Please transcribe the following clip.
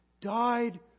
died